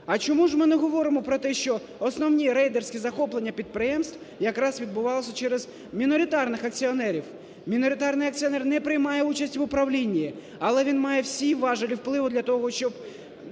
а чому ж ми не говоримо про те, що основні рейдерські захоплення підприємств якраз відбувались через міноритарних акціонерів? Міноритарний акціонер не приймає участі в управлінні, але він має всі важелі впливу для того, щоб